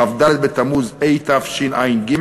כ"ד בתמוז תשע"ג,